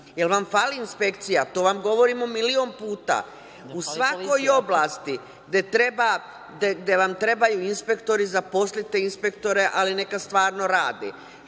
li vam fali inspekcija? To vam govorimo milion puta. U svakoj oblasti gde vam trebaju inspektori, zaposlite inspektore, ali neka stvarno rade.